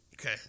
Okay